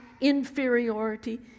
inferiority